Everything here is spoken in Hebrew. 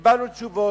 וקיבלנו תשובות.